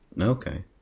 Okay